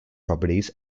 properties